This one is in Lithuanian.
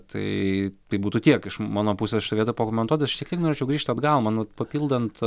tai tai būtų tiek iš mano pusės šitoj vietoj pakomentuot aš šiek tiek norėčiau grįžt atgal man vat papildant